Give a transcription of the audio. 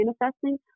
manifesting